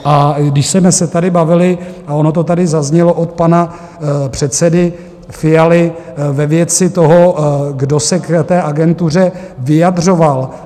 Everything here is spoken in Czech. A když jsme se tady bavili, a ono to tady zaznělo od pana předsedy Fialy, ve věci toho, kdo se k té agentuře vyjadřoval.